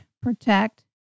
Protect